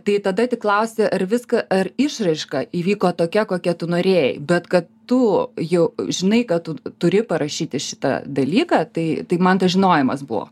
tai tada tik klausi ar viską ar išraiška įvyko tokia kokia tu norėjai bet kad tu jau žinai kad turi parašyti šitą dalyką tai taip man tas žinojimas buvo